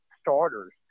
starters